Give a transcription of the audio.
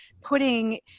putting